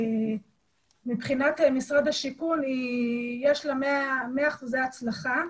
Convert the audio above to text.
מבחינת משרד השיכון יש לה 100 אחוזי הצלחה.